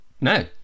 No